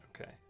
Okay